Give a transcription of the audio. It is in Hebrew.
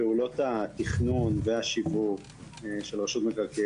פעולות התכנון והשיווק של רשות מקרקעי